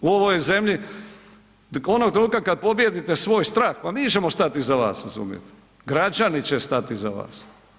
U ovoj zemlji onog trenutka kad pobijedite svoj strah, pa mi ćemo stat iza vas, razumijete, građani će stat iza vas.